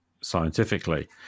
scientifically